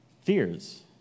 Fears